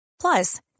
Plus